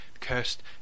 cursed